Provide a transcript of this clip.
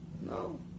No